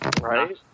Right